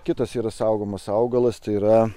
kitas yra saugomas augalas tai yra